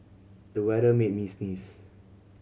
the weather made me sneeze